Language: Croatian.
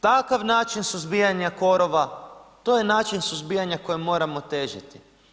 Takav način suzbijanja korova, to je način suzbijanja kojem moramo težiti.